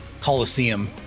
Coliseum